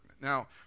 Now